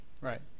Right